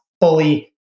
fully